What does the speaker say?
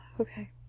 Okay